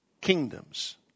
kingdoms